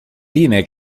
linee